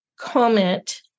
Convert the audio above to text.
comment